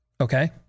okay